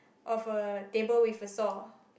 of a table with a saw